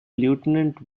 lieutenant